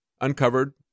uncovered